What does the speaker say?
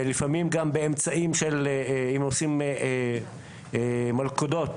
לפעמים גם עושים מלכודות,